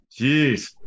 Jeez